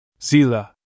Zila